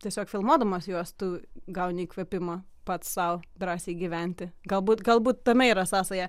tiesiog filmuodamas juos tu gauni įkvėpimo pats sau drąsiai gyventi galbūt galbūt tame yra sąsaja